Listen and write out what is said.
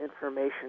information